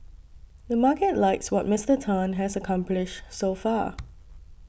the market likes what Mister Tan has accomplished so far